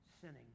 sinning